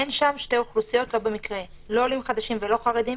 אין שם שתי אוכלוסיות ולא במקרה לא עולים חדשים ולא חרדים,